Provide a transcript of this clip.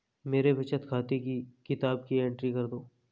मेरे बचत खाते की किताब की एंट्री कर दो?